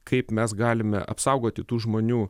kaip mes galime apsaugoti tų žmonių